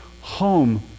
home